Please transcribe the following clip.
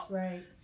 right